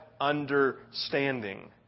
understanding